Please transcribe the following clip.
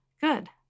Good